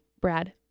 Brad